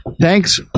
Thanks